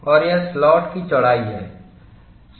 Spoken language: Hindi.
और यह स्लॉट की चौड़ाई है